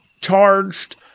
charged